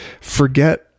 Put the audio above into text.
forget